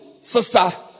sister